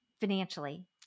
financially